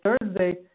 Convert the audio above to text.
Thursday